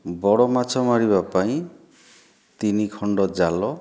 ବଡ଼ ମାଛ ମାରିବା ପାଇଁ ତିନି ଖଣ୍ଡ ଜାଲ